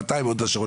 ה-200 מהוד השרון,